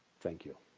thank you.